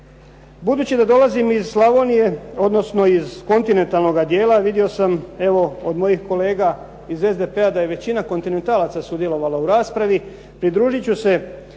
Budući da dolazim iz Slavonije, odnosno iz kontinentalnoga dijela vidio sam evo od mojih kolega iz SDP-a da je i većina kontinentalaca sudjelovala u raspravi. Pridružit ću se